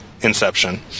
Inception